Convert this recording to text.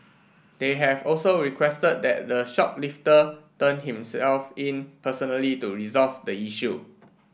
they have also requested that the shoplifter turn himself in personally to resolve the issue